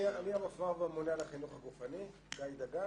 אני המפמ"ר והממונה על החינוך הגופני, גיא דגן.